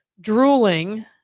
drooling